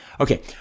Okay